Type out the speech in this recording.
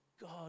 God